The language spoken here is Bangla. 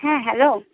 হ্যাঁ হ্যালো